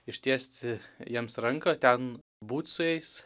ištiesti jiems ranką ten būt su jais